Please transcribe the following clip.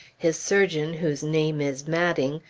his surgeon, whose name is madding,